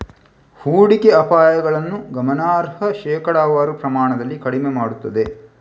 ಹೂಡಿಕೆ ಅಪಾಯಗಳನ್ನು ಗಮನಾರ್ಹ ಶೇಕಡಾವಾರು ಪ್ರಮಾಣದಲ್ಲಿ ಕಡಿಮೆ ಮಾಡುತ್ತದೆ